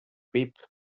whip